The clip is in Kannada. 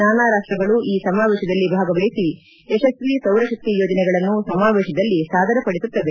ನಾನಾ ರಾಷ್ಟಗಳು ಈ ಸಮಾವೇಶದಲ್ಲಿ ಭಾಗವಹಿಸಿ ಯಶಸ್ವೀ ಸೌರಶಕ್ತಿ ಯೋಜನೆಗಳನ್ನು ಸಮಾವೇಶದಲ್ಲಿ ಸಾದರಪಡಿಸಲಾಗುತ್ತದೆ